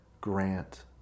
grant